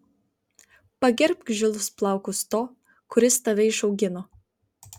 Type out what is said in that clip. pagerbk žilus plaukus to kuris tave išaugino